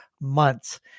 months